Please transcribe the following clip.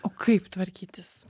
o kaip tvarkytis